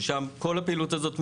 ששם כל הפעילות הזאת מפוקחת,